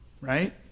Right